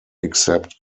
except